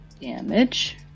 damage